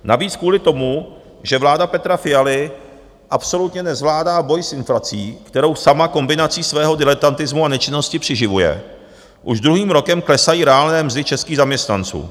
Navíc kvůli tomu, že vláda Petra Fialy absolutně nezvládá boj s inflací, kterou sama kombinací svého diletantismu a nečinnosti přiživuje, už druhým rokem klesají reálné mzdy českých zaměstnanců.